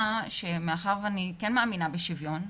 ומאחר ואני כן מאמינה בשוויון,